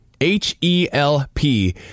H-E-L-P